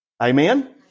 Amen